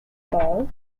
fall